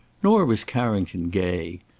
nor was carrington gay.